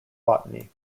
botany